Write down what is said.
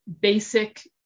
basic